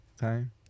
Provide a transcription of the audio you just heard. time